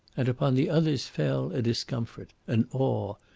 and upon the others fell a discomfort, an awe,